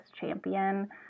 champion